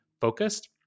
focused